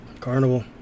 Carnival